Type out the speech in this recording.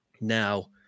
now